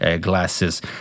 glasses